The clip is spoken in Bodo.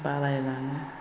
बालायलाङो